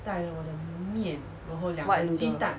what noodle